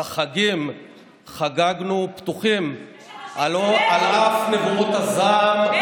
את החגים חגגנו פתוחים על אף נבואות הזעם שיהיה